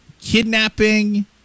kidnapping